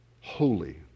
holy